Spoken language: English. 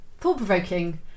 thought-provoking